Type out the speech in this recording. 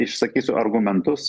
išsakysiu argumentus